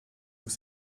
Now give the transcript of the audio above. vous